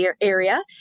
area